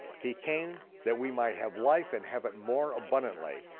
he came that we might have life and have it more abundantly,